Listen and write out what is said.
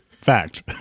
fact